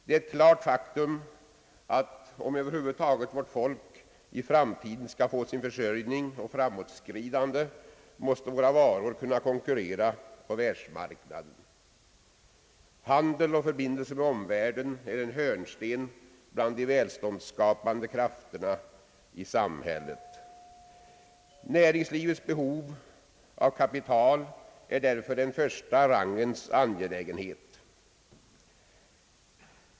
Det är ett klart faktum, att om vårt folk över huvud taget i framtiden skall få försörjning och framåtskridande, måste våra varor kunna konkurrera på världsmarknaden. Handel och förbindelser med omvärlden är en hörnsten bland de välståndsskapande krafterna i samhället. Näringslivets behov av kapital är därför en första rangens angelägenhet.